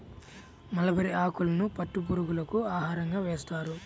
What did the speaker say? mulberry ఆకులను పట్టు పురుగులకు ఆహారంగా వేస్తారు